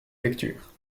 lecture